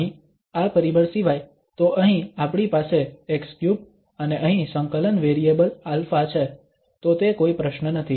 અહીં આ પરિબળ સિવાય તો અહીં આપણી પાસે x3 અને અહીં સંકલન વેરિયેબલ α છે તો તે કોઈ પ્રશ્ન નથી